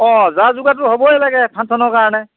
অঁ যা যোগাৰ হ'বই লাগে ফাংচনৰ কাৰণে